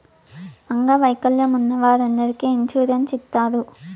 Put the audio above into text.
అంగవైకల్యం ఉన్న వారందరికీ ఇన్సూరెన్స్ ఇత్తారు